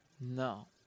No